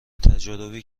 تجاربی